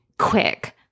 quick